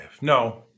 No